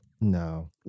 No